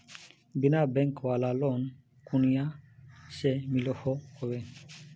बिना बैंक वाला लोन कुनियाँ से मिलोहो होबे?